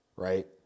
right